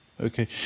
Okay